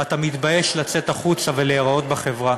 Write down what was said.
אתה מתבייש לצאת החוצה ולהיראות בחברה,